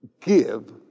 give